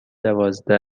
دوازده